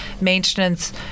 maintenance